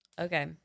Okay